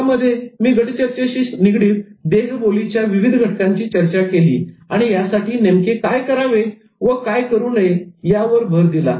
यामध्ये मी गटचर्चेशी निगडीत देहबोली च्या विविध घटकांची चर्चा केली आणि यासाठी नेमके काय करावे व काय करू नये यावर भर दिला